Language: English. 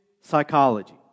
psychology